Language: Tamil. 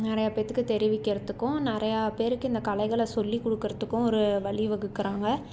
நிறையா பேர்த்துக்கு தெரிவிக்கிறதுக்கும் நிறையா பேருக்கு இந்த கலைகளை சொல்லி கொடுக்குறதுக்கும் ஒரு வழி வகுக்கிறாங்க